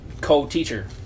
co-teacher